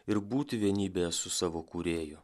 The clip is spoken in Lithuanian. ir būti vienybėje su savo kūrėju